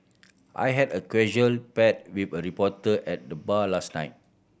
I had a casual bat with a reporter at the bar last night